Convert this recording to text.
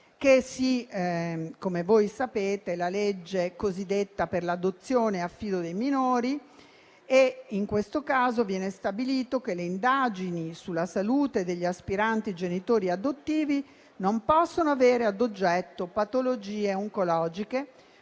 1983 - come voi sapete, la legge cosiddetta per l'adozione-affido dei minori - si stabilisce che le indagini sulla salute degli aspiranti genitori adottivi non possono avere ad oggetto patologie oncologiche,